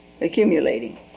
accumulating